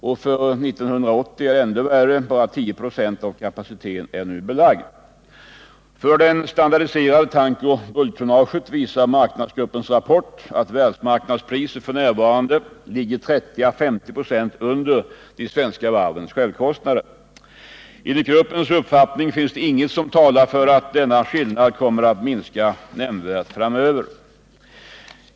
För 1980 är det ännu värre —- endast ca 10 96 av kapaciteten är nu belagd. För det standardiserade tankoch bulktonnaget visar marknadsgruppens rapport att världsmarknadspriset f.n. ligger 30 å 50 96 under de svenska varvens självkostnader. Enligt gruppens uppfattning finns det inget som talar för att denna skillnad kommer att minska nämnvärt framöver.